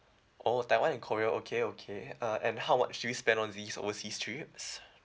oh taiwan and korea okay okay uh and how much do you spend on these overseas trips